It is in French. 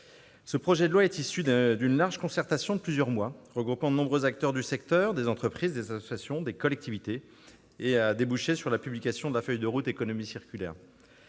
Ce projet de loi est issu d'une large concertation de plusieurs mois qui a regroupé de nombreux acteurs du secteur- entreprises, associations, collectivités ... -et qui a débouché sur la publication de la feuille de route pour l'économie circulaire.